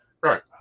Right